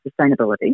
sustainability